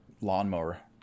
lawnmower